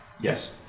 Yes